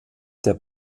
der